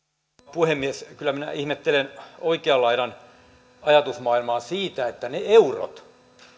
puhemies kyllä minä ihmettelen oikean laidan ajatusmaailmaa siitä että ne eurot